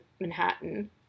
Manhattan